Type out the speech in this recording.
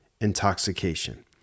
intoxication